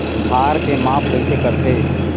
भार के माप कइसे करथे?